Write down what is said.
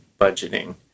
budgeting